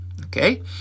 Okay